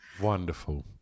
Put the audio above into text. Wonderful